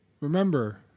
remember